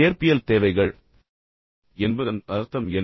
இயற்பியல் தேவைகள் என்பதன் அர்த்தம் என்ன